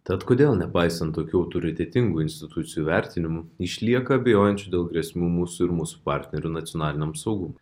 tad kodėl nepaisant tokių autoritetingų institucijų vertinimų išlieka abejojančių dėl grėsmių mūsų ir mūsų partnerių nacionaliniam saugumui